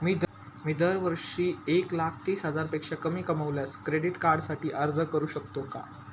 मी दरवर्षी एक लाख तीस हजारापेक्षा कमी कमावल्यास क्रेडिट कार्डसाठी अर्ज करू शकतो का?